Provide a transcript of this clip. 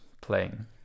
playing